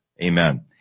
Amen